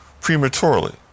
prematurely